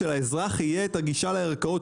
שלאזרח תהיה הגישה לערכאות,